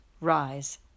Rise